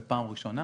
זו פעם ראשונה,